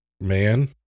man